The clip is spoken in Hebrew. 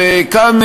וכאן,